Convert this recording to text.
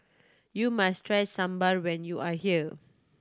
you must try Sambar when you are here